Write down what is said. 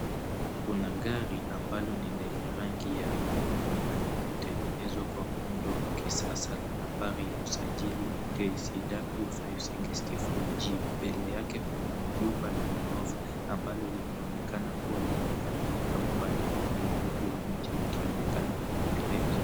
Kuna gari ambalo ni lenye rangi ya nyekundu na limetegenezwa kwa muhundo wa kisasa na nambari ya usajili ni KCW5604G mbele yake kuna jumba la gorofa ambalo linaonekana kuwa limekamilika upande wa ndani huku wa nje ukionekana kuendelea.